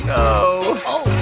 ah oh,